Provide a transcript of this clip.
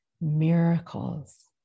miracles